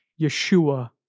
Yeshua